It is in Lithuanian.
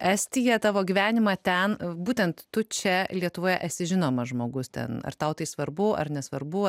estiją tavo gyvenimą ten būtent tu čia lietuvoje esi žinomas žmogus ten ar tau tai svarbu ar nesvarbu